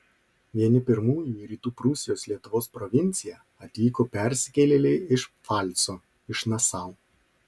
vieni pirmųjų į rytų prūsijos lietuvos provinciją atvyko persikėlėliai iš pfalco iš nasau